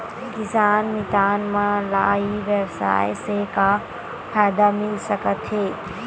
किसान मितान मन ला ई व्यवसाय से का फ़ायदा मिल सकथे?